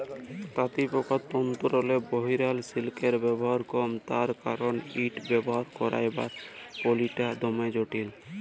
তাঁতিপকার তল্তুরলে বহিরাল সিলিকের ব্যাভার কম তার কারল ইট বাইর ক্যইরবার পলালিটা দমে জটিল